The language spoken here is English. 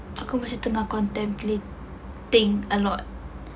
aku macam tengah contemplating a lot